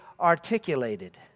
articulated